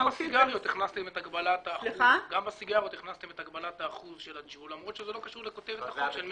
גם בסיגריות הכנסתם את הגבלת האחוז -- זה היה בטרומית.